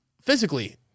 physically